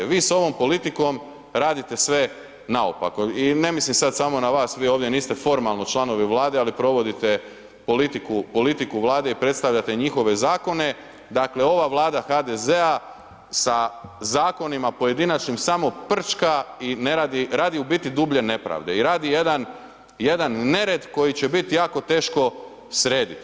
Vi s ovom politikom rade sve naopako i ne mislim sad samo na vas, vi ovdje niste formalno članovi Vlade ali provodite politiku Vlade i predstavljate njihove zakone, dakle ova Vlada HDZ-a sa zakonima pojedinačnim samo prčka i radi u biti dublje nepravde i radi jedan nered koji će biti jako teško srediti.